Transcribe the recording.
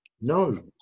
No